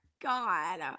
God